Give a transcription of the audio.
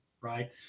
right